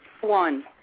One